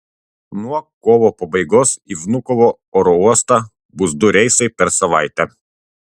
nuo kovo pabaigos į vnukovo oro uostą bus du reisai per savaitę